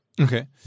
Okay